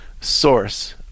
source